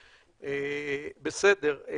בסדר.